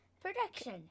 production